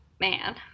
man